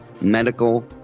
medical